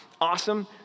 awesome